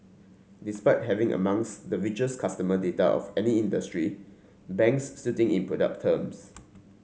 despite having amongst the richest customer data of any industry banks still in product terms